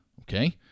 Okay